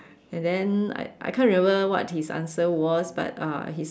and then I I can't remember what his answer was but uh he